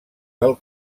del